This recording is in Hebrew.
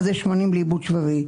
מה זה שמנים לעיבוד שבבי.